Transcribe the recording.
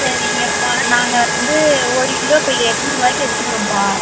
சரிங்கப்பா நாங்கள் வந்து ஒரு கிலோ இப்போ எட்நூறுரூவாய்க்கு எடுத்துக்கிறோம்ப்பா